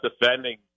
defending